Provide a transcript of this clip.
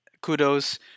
kudos